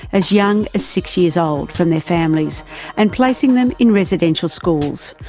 as young as six years old, from their families and placing them in residential schools,